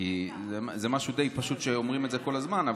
זה משהו די פשוט שאומרים כל הזמן,